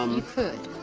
um you could.